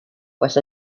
was